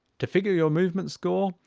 to figure your movement score.